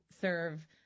serve